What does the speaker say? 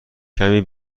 کمی